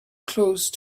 close